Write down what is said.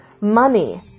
money